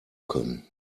können